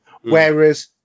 Whereas